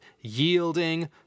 yielding